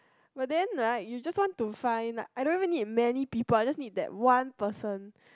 but then right you just want to find I don't need many people I just need that one person